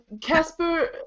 Casper